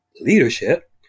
leadership